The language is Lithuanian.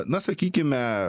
na sakykime